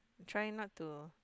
try not to